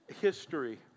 history